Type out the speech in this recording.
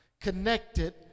Connected